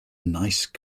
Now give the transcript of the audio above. nice